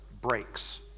breaks